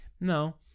no